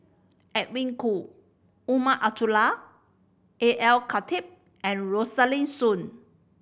Edwin Koo Umar Abdullah A L Khatib and Rosaline Soon